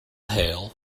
hail